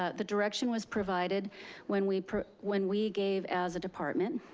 ah the direction was provided when we when we gave, as a department,